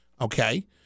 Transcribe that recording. okay